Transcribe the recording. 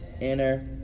inner